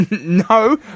No